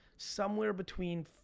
somewhere between